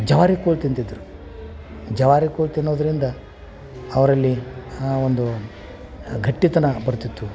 ಜವಾರಿ ಕೋಳಿ ತಿಂತಿದ್ರು ಜವಾರಿ ಕೋಳಿ ತಿನ್ನೋದರಿಂದ ಅವರಲ್ಲಿ ಒಂದು ಗಟ್ಟಿತನ ಬರ್ತಿತ್ತು